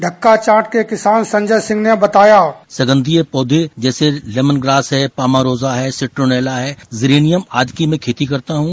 ढक्काचांट के किसान संजय सिंह ने बताया संघीय पौधे जैसे लेमनग्रास है पामा रोसा है टूरूनेला है निरियम आदि की मैं खेती करता हूं